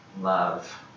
Love